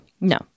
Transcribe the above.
No